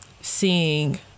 seeing